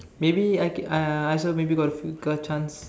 maybe I can uh I also maybe got a few got chance